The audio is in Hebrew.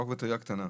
רק בטרייה קטנה.